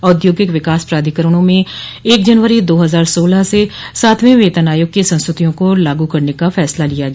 औद्योगिक विकास प्राधिकरणों में एक जनवरी दो हजार सोलह से सातवें वेतन आयोग को संस्तुतियों को लागू करने का फैसला लिया गया